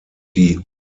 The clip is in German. die